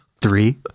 Three